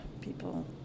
people